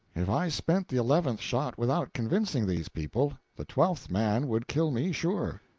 if i spent the eleventh shot without convincing these people, the twelfth man would kill me, sure.